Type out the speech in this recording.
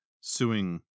suing